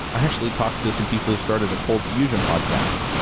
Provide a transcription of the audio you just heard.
i actually talk to some people who started a coldfusion podcast,